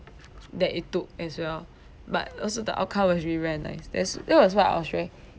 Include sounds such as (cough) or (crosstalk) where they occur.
that it took as well (breath) but also the outcome was really very nice that's that was what I was really